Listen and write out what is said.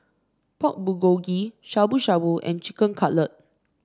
Pork Bulgogi Shabu Shabu and Chicken Cutlet